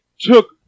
took